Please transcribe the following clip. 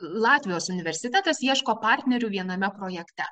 latvijos universitetas ieško partnerių viename projekte